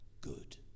good